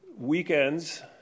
weekends